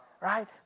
Right